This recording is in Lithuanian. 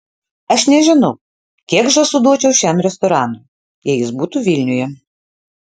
aš nežinau kiek žąsų duočiau šiam restoranui jei jis būtų vilniuje